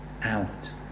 out